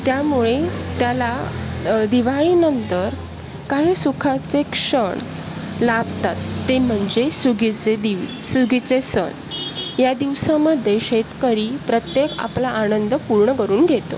त्यामुळे त्याला दिवाळीनंतर काही सुखाचे क्षण लाभतात ते म्हणजे सुगीचे दिन सुगीचे सण या दिवसामध्ये शेतकरी प्रत्येक आपला आनंद पूर्ण करून घेतो